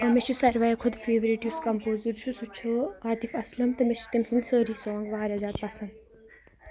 مےٚ چھُ ساروِیو کھۄتہٕ فیورِٹ یُس کَمپوزَر چھُ سُہ چھُ عاطِف اَسلَم تہٕ مےٚ چھِ تٔمۍ سٕنٛدۍ سٲری سانٛگ واریاہ زیادٕ پَسنٛد